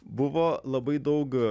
buvo labai daug